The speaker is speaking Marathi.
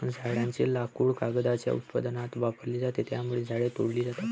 झाडांचे लाकूड कागदाच्या उत्पादनात वापरले जाते, त्यामुळे झाडे तोडली जातात